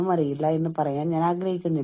നമ്മുടെ രക്തസമ്മർദ്ദം കുത്തനെ വർദ്ധിക്കുന്നു